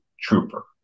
trooper